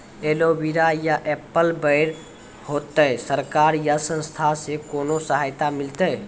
Aloe vera या apple बैर होते? सरकार या संस्था से कोनो सहायता मिलते?